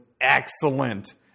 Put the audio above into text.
excellent